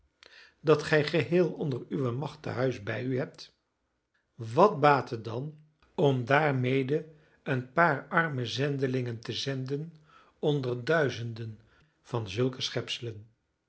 dat gij geheel onder uwe macht tehuis bij u hebt wat baat het dan om daarmede een paar arme zendelingen te zenden onder duizenden van zulke schepselen